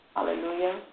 Hallelujah